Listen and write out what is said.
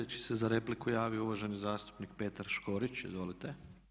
Sljedeći se za repliku javio uvaženi zastupnik Petar Škorić, izvolite.